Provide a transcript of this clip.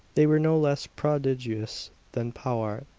they were no less prodigious than powart.